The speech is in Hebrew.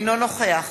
אינו נוכח